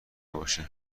باشه